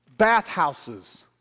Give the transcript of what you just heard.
bathhouses